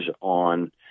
on